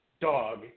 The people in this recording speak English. dog